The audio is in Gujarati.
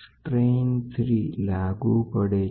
સ્ટ્રેન ક્યાં છે